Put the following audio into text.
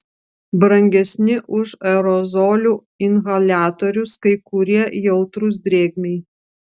brangesni už aerozolių inhaliatorius kai kurie jautrūs drėgmei